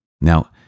Now